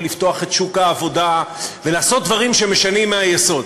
לפתוח את שוק העבודה ולעשות דברים שמשנים מהיסוד.